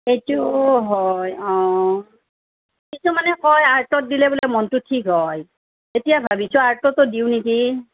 সেইটো হয় অঁ কিছুমানে কয় আৰ্টত দিলে বোলে মনটো ঠিক হয় এতিয়া ভাবিছোঁ আৰ্টতো দিওঁ নেকি